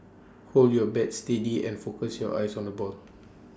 hold your bat steady and focus your eyes on the ball